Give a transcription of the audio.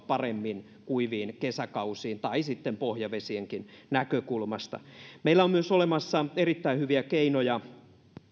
paremmin kuiviin kesäkausiin tai sitten pohjavesienkin näkökulmasta meillä on myös olemassa erittäin hyviä keinoja